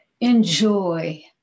enjoy